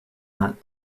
that